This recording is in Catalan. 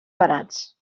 barats